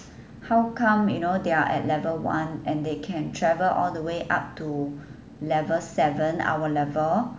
how come you know they're at level one and they can travel all the way up to level seven our level